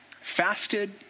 fasted